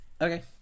Okay